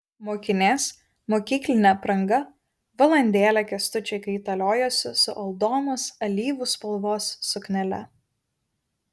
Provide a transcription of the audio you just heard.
mokinės mokyklinė apranga valandėlę kęstučiui kaitaliojosi su aldonos alyvų spalvos suknele